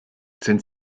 sind